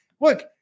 Look